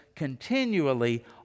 continually